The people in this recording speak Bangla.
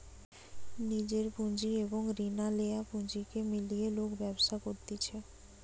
নিজের পুঁজি এবং রিনা লেয়া পুঁজিকে মিলিয়ে লোক ব্যবসা করতিছে